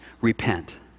repent